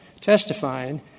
testifying